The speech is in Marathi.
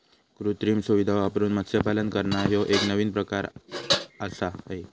कृत्रिम सुविधां वापरून मत्स्यपालन करना ह्यो एक नवीन प्रकार आआसा हे